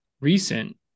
recent